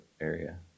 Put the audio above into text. area